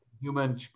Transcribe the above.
human